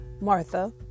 Martha